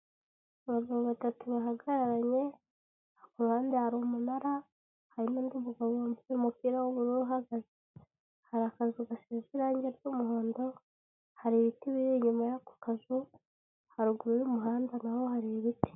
Abagabo batatu bahagararanye, ku ruhande hari umunara, hari n'undi mugabo wambaye umupira w'ubururu, uhagaze. Hari akazu gasize irangi ry'umuhondo, hari ibiti biri inyuma y'ako kazu, haruguru y'umuhanda naho hari ibiti.